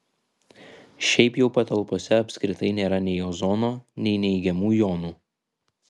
šiaip jau patalpose apskritai nėra nei ozono nei neigiamų jonų